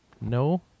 No